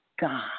God